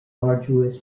arduous